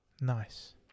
nice